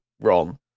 wrong